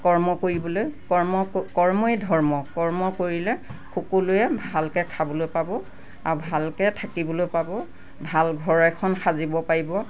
কৰ্ম কৰিবলৈ কৰ্ম কৰ্মই ধৰ্ম কৰ্ম কৰিলে সকলোৱে ভালকৈ খাবলৈ পাব আৰু ভালকৈ থাকিবলৈ পাব ভাল ঘৰ এখন সাজিব পাৰিব